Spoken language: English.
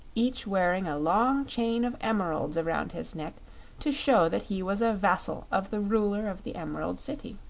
each wearing a long chain of emeralds around his neck to show that he was a vassal of the ruler of the emerald city.